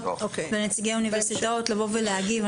ונציגי האוניברסיטאות לבוא ולהגיב.